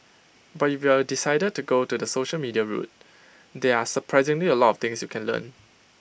but if you decided to go the social media route there are surprisingly A lot of things you can learn